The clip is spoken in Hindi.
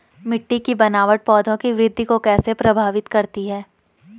मिट्टी की बनावट पौधों की वृद्धि को कैसे प्रभावित करती है?